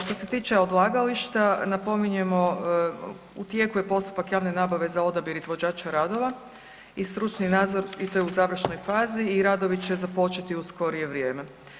Što se tiče odlagališta, napominjemo u tijeku je postupak javne nabave za odabir izvođača radova i stručni nadzor i to je u završnoj fazi i radovi će započeti u skorije vrijeme.